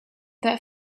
their